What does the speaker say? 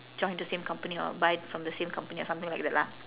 join the same company or buy from the same company or something like that lah